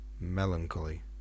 Melancholy